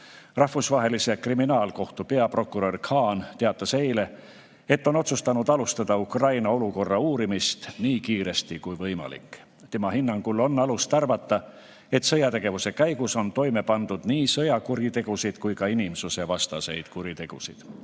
Rahvusvahelise kriminaalkohtu peaprokurör Khan teatas eile, et on otsustanud alustada Ukraina olukorra uurimist nii kiiresti kui võimalik. Tema hinnangul on alust arvata, et sõjategevuse käigus on toime pandud nii sõjakuritegusid kui ka inimsusevastaseid kuritegusid.